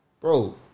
bro